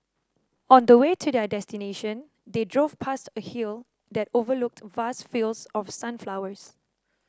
on the way to their destination they drove past a hill that overlooked vast fields of sunflowers